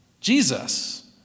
Jesus